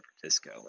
Francisco